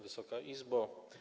Wysoka Izbo!